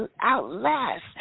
outlast